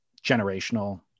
generational